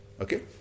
Okay